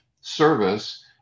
service